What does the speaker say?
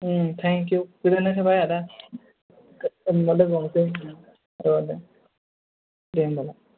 thank you गोजोननाय थाबाय आदा उनाव लोगो हमसै औ दे दे होनबालाय